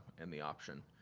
and the option.